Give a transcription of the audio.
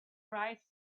right